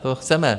To chceme.